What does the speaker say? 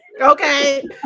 okay